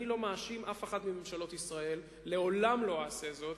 אני לא מאשים אף אחת מממשלות ישראל לעולם לא אעשה זאת,